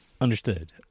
Understood